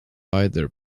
either